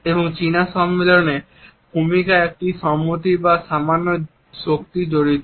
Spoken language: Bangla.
এবং চীনা সম্মেলনে ভূমিকা একটি সম্মতি বা সামান্য শক্তি জড়িত